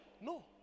No